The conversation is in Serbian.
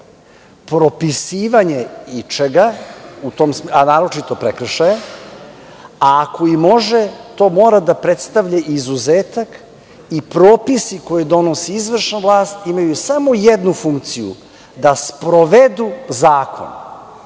propisivanje ičega, a naročito prekršaja, a ako i može, to mora da predstavlja izuzetak i propisi koje donosi izvršna vlast imaju samo jednu funkciju, da sprovedu zakon.